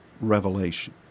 revelation